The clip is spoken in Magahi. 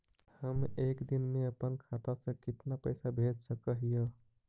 हम एक दिन में अपन खाता से कितना पैसा भेज सक हिय?